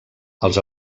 els